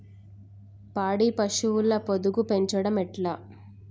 పాడి పశువుల పొదుగు పెంచడం ఎట్లా?